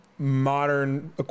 modern